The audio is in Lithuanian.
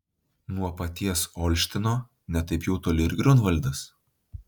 nuo paties olštyno ne taip jau toli ir griunvaldas